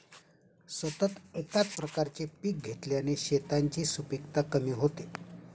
सतत एकाच प्रकारचे पीक घेतल्याने शेतांची सुपीकता कमी होते